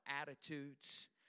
attitudes